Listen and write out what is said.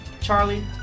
Charlie